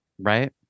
Right